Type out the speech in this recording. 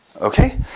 Okay